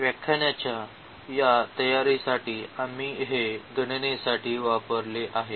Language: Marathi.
व्याख्यानाच्या या तयारीसाठी आम्ही हे गणनेसाठी वापरले आहेत